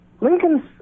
Lincoln's